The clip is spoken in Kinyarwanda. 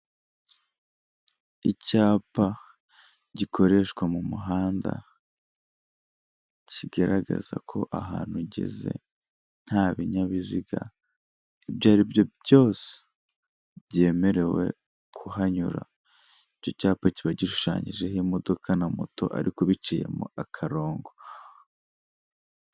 Icyapa gikoreshwa mu muhanda, kigaragaza ko ahantu ugeze nta binyabiziga ibyo ari byo byose byemerewe kuhanyura, icyo cyapa kiba gishushanyijeho imodoka na moto ariko biciyemo akarongo.